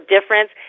difference